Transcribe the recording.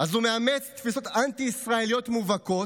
הוא מאמץ תפיסות אנטי-ישראליות מובהקות,